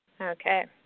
Okay